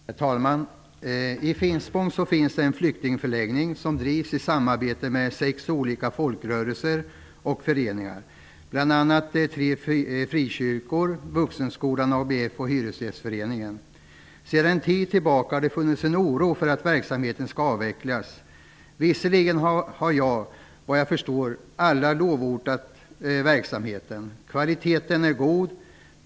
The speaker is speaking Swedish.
Herr talman! I Finspång finns det en flyktingförläggning som drivs i samarbete mellan sex olika folkrörelser och föreningar -- bl.a. tre frikyrkor, Vuxenskolan, ABF och Sedan en tid tillbaka finns det en oro för att verksamheten skall avvecklas. Visserligen har alla, såvitt jag förstår, lovordat verksamheten. Kvaliteten är god.